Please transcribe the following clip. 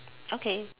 okay